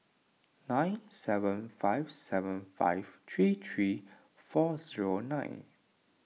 nine seven five seven five three three four zero nine